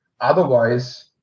Otherwise